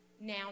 now